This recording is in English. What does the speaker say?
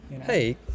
Hey